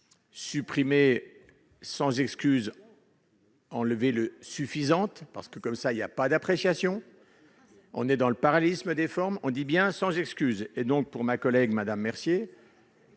supprimé sans excuse. Enlevez le suffisante parce que comme ça, y a pas d'appréciation, on est dans le parallélisme des formes, on dit bien sans excuse et donc pour ma collègue Madame Mercier